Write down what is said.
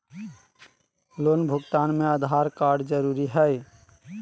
Loan भुगतान में Aadhaar card जरूरी है?